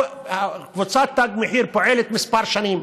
קבוצת תג מחיר פועלת כמה שנים.